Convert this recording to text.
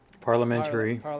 parliamentary